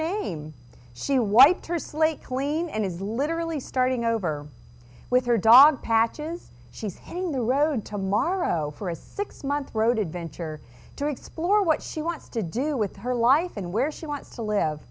name she wiped her slate clean and is literally starting over with her dog patches she's hitting the road tomorrow for a six month road adventure to explore what she wants to do with her life and where she wants to live